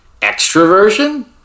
extroversion